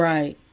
Right